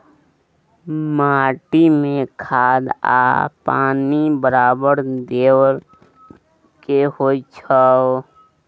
माटी में खाद आ पानी बराबर देबै के होई छै